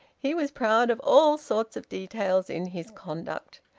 he was proud of all sorts of details in his conduct.